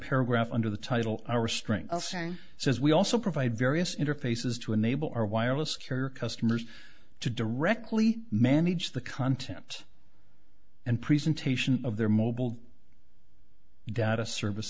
paragraph under the title our strength assange says we also provide various interfaces to enable our wireless carrier customers to directly manage the content and presentation of their mobile data service